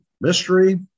mystery